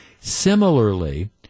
Similarly